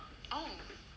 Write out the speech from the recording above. oh